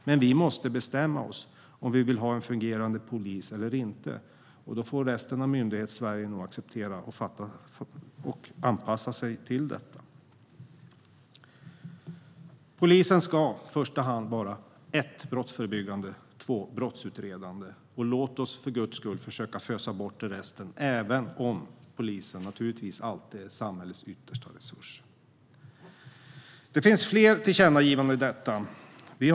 Men vi måste bestämma oss för om vi vill ha en fungerande polis eller inte, och då får resten av Myndighetssverige acceptera det och anpassa sig till det. Polisen ska vara brottsförebyggande och brottsutredande. Låt oss för Guds skull försöka fösa bort resten - även om polisen givetvis alltid är samhällets yttersta resurs. Det finns fler tillkännagivanden.